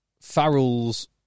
Farrell's